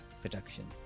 production